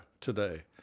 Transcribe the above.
today